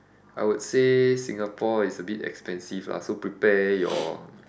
I would say Singapore is a bit expensive lah so prepare your